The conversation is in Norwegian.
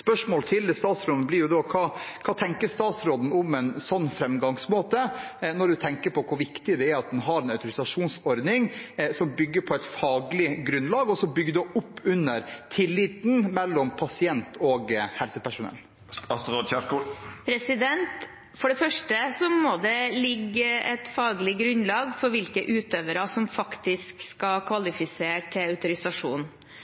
statsråden blir da: Hva tenker statsråden om denne framgangsmåten, når en tenker på hvor viktig det er med en autorisasjonsordning som bygger på et faglig grunnlag, og som bygger opp under tilliten mellom pasient og helsepersonell? For det første må det ligge et faglig grunnlag for hvilke utøvere som faktisk skal